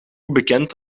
bekend